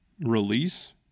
release